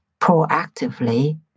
proactively